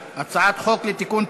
44. אין מתנגדים,